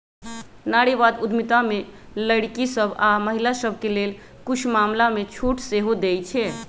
नारीवाद उद्यमिता में लइरकि सभ आऽ महिला सभके लेल कुछ मामलामें छूट सेहो देँइ छै